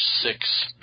six